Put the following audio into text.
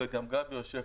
תודה, גבי.